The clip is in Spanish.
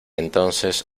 entonces